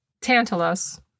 Tantalus